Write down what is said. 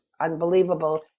unbelievable